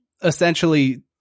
essentially